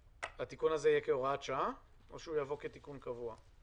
התיקון הזה יהיה כהוראת שעה או יבוא כתיקון קבוע?